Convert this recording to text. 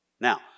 Now